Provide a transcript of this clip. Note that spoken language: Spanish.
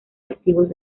activos